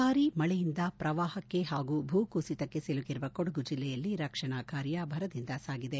ಭಾರೀ ಮಳೆಯಿಂದ ಪ್ರವಾಹಕ್ಕೆ ಹಾಗೂ ಭೂ ಕುಸಿತಕ್ಕೆ ಸಿಲುಕಿರುವ ಕೊಡಗು ಜಿಲ್ಲೆಯಲ್ಲಿ ರಕ್ಷಣಾ ಕಾರ್ಯ ಭರದಿಂದ ಸಾಗಿದೆ